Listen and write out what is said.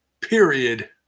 period